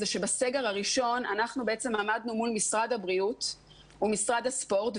זה שבסגר הראשון אנחנו בעצם עמדנו מול משרד הבריאות ומשרד הספורט,